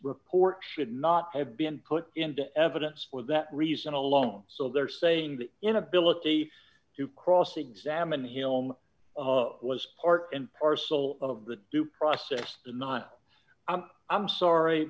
report should not have been put into evidence for that reason alone so they're saying the inability to cross examine him was part and parcel of the due process that not i'm sorry